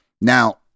Now